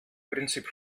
prinzip